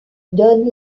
donne